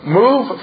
move